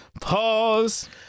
Pause